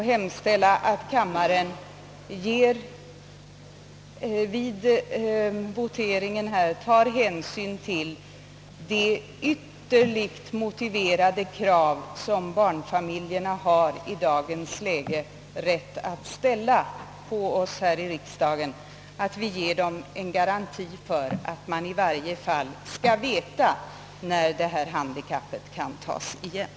Jag hemställer att kammarledamöterna vid voteringen tar hänsyn till det synnerligen välmotiverade krav som barnfamiljerna i dagens läge har rätt att ställa på oss här i riksdagen, nämligen att vi ger dem en garanti för att de i varje fall får veta när deras handikapp kan elimineras.